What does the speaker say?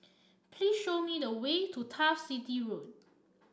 please show me the way to Turf City Road